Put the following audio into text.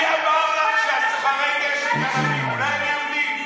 מי אמר לך שסוחרי הנשק הם ערבים, אולי הם יהודים?